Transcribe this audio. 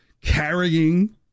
carrying